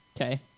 Okay